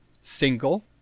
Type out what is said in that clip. single